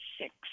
six